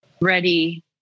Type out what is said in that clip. ready